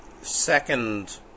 second